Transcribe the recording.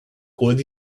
gold